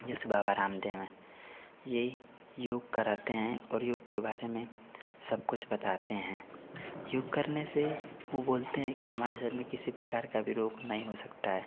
जैसे बाबा रामदेव हैं यह योग कराते हैं और योग के बारे में सब कुछ बताते हैं योग करने से वह बोलते हैं कि हमारे शरीर में किसी प्रकार का विरोग नहीं हो सकता है